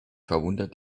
verwundert